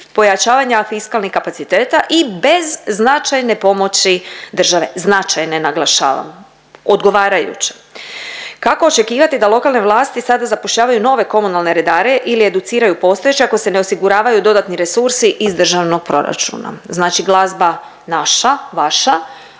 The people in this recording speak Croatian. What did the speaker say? pojačavanja fiskalnih kapaciteta i bez značajne pomoći države, značajne naglašavam, odgovarajuće. Kako očekivati da lokalne vlasti sada zapošljavaju nove komunalne redare ili educiraju postojeće ako se ne osiguravaju dodatni resursi iz državnog proračuna? Znači glazba naša, vaša,